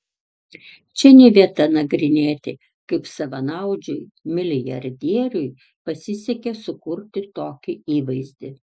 čia ne vieta nagrinėti kaip savanaudžiui milijardieriui pasisekė sukurti tokį įvaizdį